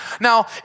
Now